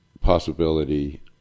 possibility